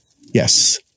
Yes